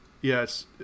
yes